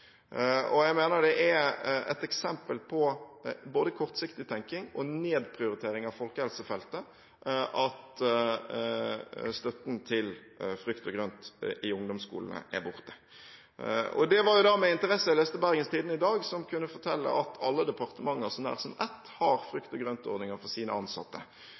dag. Jeg mener det er et eksempel på både kortsiktig tenking og nedprioritering av folkehelsefeltet at støtten til frukt og grønt i ungdomsskolene er borte. Det var med interesse jeg da leste Bergens Tidende i dag, som kunne fortelle at alle departementer, så nær som ett, har frukt og grønt-ordninger for sine ansatte.